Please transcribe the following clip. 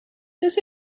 this